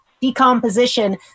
decomposition